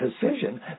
decision